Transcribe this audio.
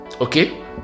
okay